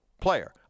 player